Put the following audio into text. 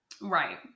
Right